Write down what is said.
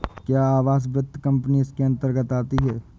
क्या आवास वित्त कंपनी इसके अन्तर्गत आती है?